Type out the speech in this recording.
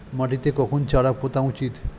মাটিতে কখন চারা পোতা উচিৎ?